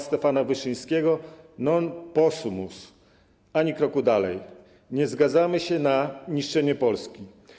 Stefana Wyszyńskiego - 'non possumus', ani kroku dalej - nie zgadzamy się na niszczenie Polski.